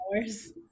hours